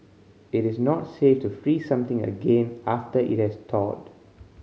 it is not safe to freeze something again after it has thawed